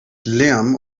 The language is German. lärm